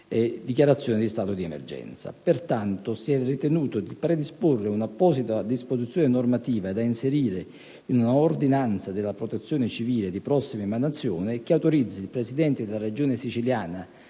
dichiarazioni di stato di emergenza. Pertanto, si è ritenuto di predisporre un'apposita disposizione normativa da inserire in una ordinanza della Protezione civile di prossima emanazione, che autorizzi il Presidente della Regione siciliana,